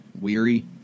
weary